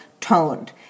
toned